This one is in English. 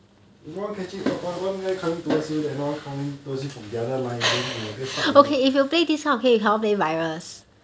if line catching one one guy coming towards you then one coming towards you from the other line line then you will get stuck already [what]